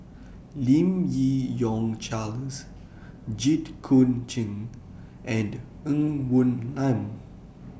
Lim Yi Yong Charles Jit Koon Ch'ng and Ng Woon Lam